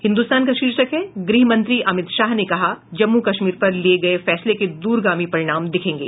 हिन्दुस्तान का शीर्षक है गृहमंत्री अमित शाह ने कहा जम्मू कश्मीर पर लिये गये फैसले के दूरगामी परिणाम दिखेंगे